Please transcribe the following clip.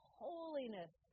holiness